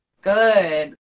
Good